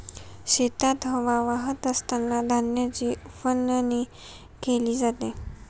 शेतात हवा वाहत असतांना धान्याची उफणणी केली जाते